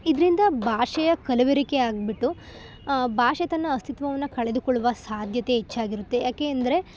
ಇದರಿಂದ ಭಾಷೆಯ ಕಲಬೆರೆಕೆ ಆಗಿಬಿಟ್ಟು ಭಾಷೆ ತನ್ನ ಅಸ್ತಿತ್ವವನ್ನು ಕಳೆದುಕೊಳ್ಳುವ ಸಾಧ್ಯತೆ ಹೆಚ್ಚಾಗಿರುತ್ತೆ ಯಾಕೆ ಅಂದರೆ